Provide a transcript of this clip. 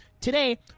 today